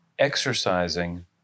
exercising